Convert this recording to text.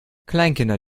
kleinkinder